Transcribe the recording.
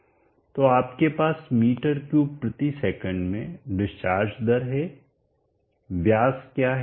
तो आपके पास m3sec में डिस्चार्ज दर है व्यास क्या है